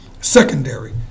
secondary